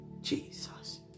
Jesus